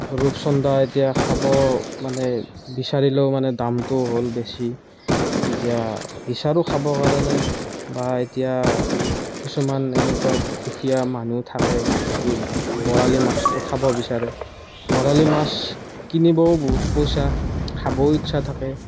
ৰূপচন্দা এতিয়া খাব মানে বিচাৰিলেও মানে দামটো হ'ল বেছি এতিয়া ইছাৰো খাব পৰা নাই বা এতিয়া কিছুমান এনেকুৱা দুখীয়া মানুহ থাকে যে কি বৰালি মাছটো খাব বিচাৰে বৰালি মাছ কিনিবও বহুত পইচা খাবও ইচ্ছা থাকে